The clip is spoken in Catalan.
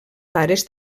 pares